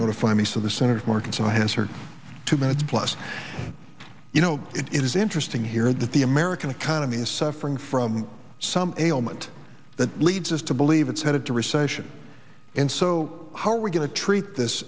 notify me so the senator from arkansas has heard two minutes plus you know it is interesting here that the american economy is suffering from some ailment that leads us to believe it's headed to recession and so how are we going to treat this